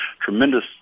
Tremendous